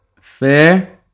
Fair